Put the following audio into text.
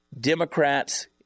Democrats